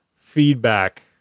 feedback